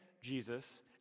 Jesus